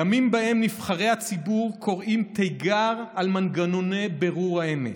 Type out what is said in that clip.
ימים שבהם נבחרי הציבור קוראים תיגר על מנגנוני בירור האמת,